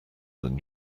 than